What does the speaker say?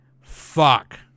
Fuck